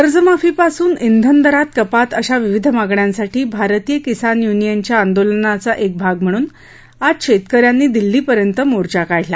कर्जमाफीपासून इधन दरात कपात अशा विविध मागण्यांसाठी भारतीय किसान यूनियनच्या आंदोलनाचा एक भाग म्हणून आज शेतक यांनी दिल्लीपर्यंत मोर्चा काढला